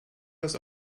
das